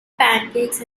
pancakes